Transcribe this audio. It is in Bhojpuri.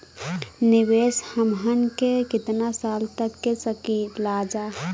निवेश हमहन के कितना साल तक के सकीलाजा?